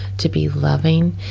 to be loving,